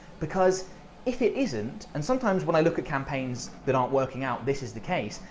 because if it isn't, and sometimes, when i look at campaigns that aren't working out, this is the case,